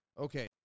okay